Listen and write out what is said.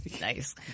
Nice